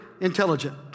intelligent